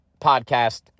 podcast